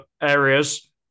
areas